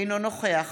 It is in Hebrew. אינו נוכח